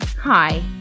Hi